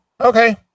Okay